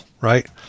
right